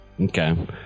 Okay